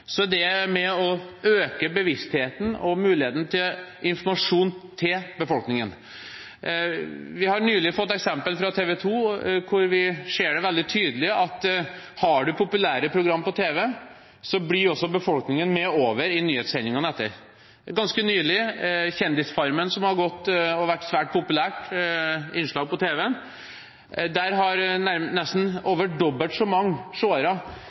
det med og øker bevisstheten hos og muligheten for informasjon til befolkningen. Vi har et eksempel fra TV 2, hvor vi ser veldig tydelig at har man populære program på tv, blir også befolkningen med over i nyhetssendingene etterpå. Vi så ganske nylig i forbindelse med Kjendis-Farmen, som har vært et svært populært innslag på tv, at nesten over dobbelt så mange